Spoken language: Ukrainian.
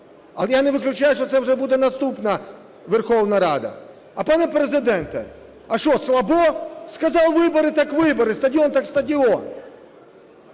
Але я не виключаю, що це вже буде наступна Верховна Рада. Пане Президенте, а що, слабо? Сказав: вибори – так вибори, стадіон – так стадіон.